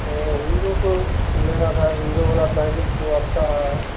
वो हीरो को लेना था हीरो वाला साइकिल तो अच्छा है